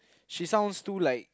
she sounds too like